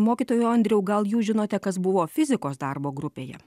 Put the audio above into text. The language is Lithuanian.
mokytojau andriau gal jūs žinote kas buvo fizikos darbo grupėje